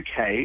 UK